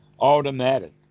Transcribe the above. automatic